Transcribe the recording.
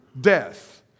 death